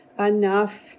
enough